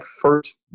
first